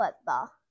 football